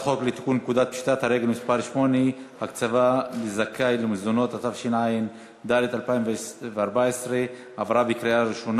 (הקצבה לזכאי למזונות), התשע"ד 2014,